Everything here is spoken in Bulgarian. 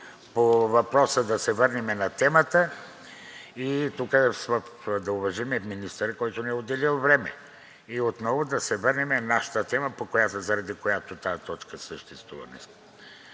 по въпроса да се върнем на темата и да уважим министъра, който ни е отделил време, и отново да се върнем на нашата тема, заради която тази точка съществува днес.